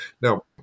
Now